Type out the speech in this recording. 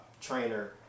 trainer